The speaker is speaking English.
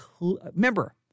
remember